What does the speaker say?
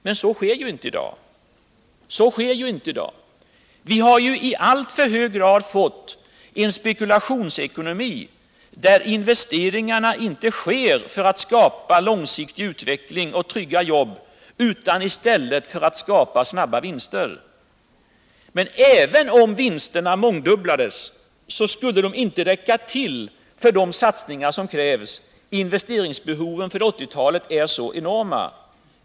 Men så sker ju inte i dag. Vi har i alltför hög grad fått en spekulationsekonomi, där investeringarna inte görs för att skapa en långsiktig utveckling och trygga jobb utan för att skapa snabba vinster. Men även om vinsterna mångdubblades, skulle de inte räcka till för de satsningar som krävs — investeringsbehoven för 1980-talet är så enorma.